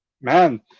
man